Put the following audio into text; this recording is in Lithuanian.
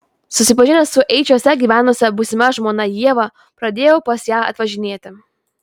susipažinęs su eičiuose gyvenusia būsima žmona ieva pradėjau pas ją atvažinėti